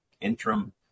interim